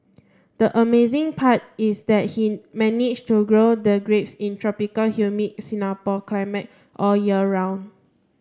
the amazing part is that he manage to grow the grapes in tropical humid Singapore climate all year round